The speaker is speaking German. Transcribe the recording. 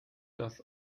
das